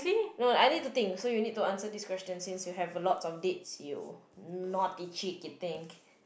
no I need to think so you need to answer this question since you have a lot of dates you naughty cheeky think